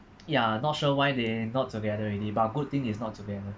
ya I not sure why they not together already but good thing is not together